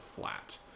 flat